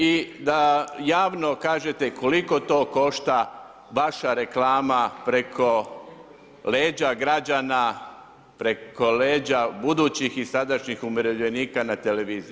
I da javno kažete koliko to košta, vaša reklama preko leđa građana, preko leđa budućih i sadašnjih umirovljenika na televiziji?